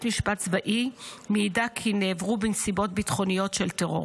משפט צבאי מעידה כי נעברו בנסיבות ביטחוניות של טרור,